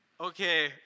Okay